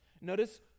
Notice